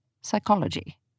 psychology